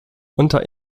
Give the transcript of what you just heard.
unter